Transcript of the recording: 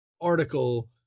article